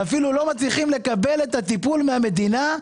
ואפילו לא מצליחים לקבל טיפול מהמדינה,